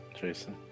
Jason